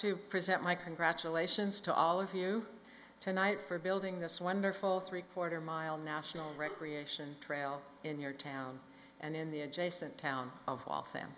to present my congratulations to all of you tonight for building this wonderful three quarter mile national recreation trail in your town and in the adjacent town of